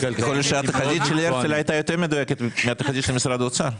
יכול להיות שהתחזית של הרצל הייתה יותר מדויקת מהתחזית של משרד האוצר.